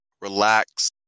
Relax